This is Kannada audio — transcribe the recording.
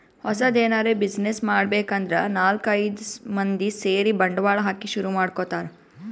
ಹೊಸದ್ ಎನರೆ ಬ್ಯುಸಿನೆಸ್ ಮಾಡ್ಬೇಕ್ ಅಂದ್ರ ನಾಲ್ಕ್ ಐದ್ ಮಂದಿ ಸೇರಿ ಬಂಡವಾಳ ಹಾಕಿ ಶುರು ಮಾಡ್ಕೊತಾರ್